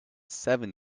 seven